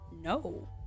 No